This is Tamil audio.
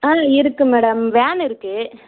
ஆ இருக்கு மேடம் வேன் இருக்கு